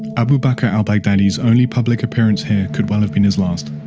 abu bakr al-baghdadi's only public appearance here could well have been his last.